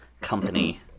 Company